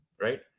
right